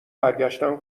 برگشتن